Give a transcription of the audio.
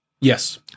Yes